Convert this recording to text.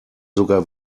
sogar